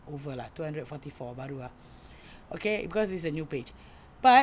over lah two hundred forty four baru ah okay because it's a new page but